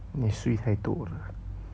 你睡太多了